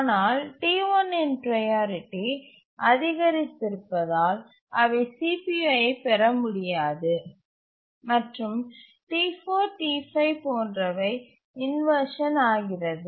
ஆனால் T1 இன் priority அதிகரித்திருப்பதால் அவை CPUஐ பெற முடியாது மற்றும் T4 T5 போன்றவை இன்வர்ஷன் ஆகிறது